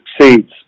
succeeds